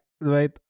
right